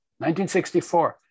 1964